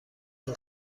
این